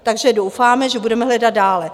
Takže doufáme, že budeme hledat dále.